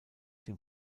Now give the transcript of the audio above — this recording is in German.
dem